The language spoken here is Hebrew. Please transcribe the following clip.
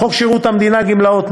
51. חוק שירות המדינה (גמלאות) ,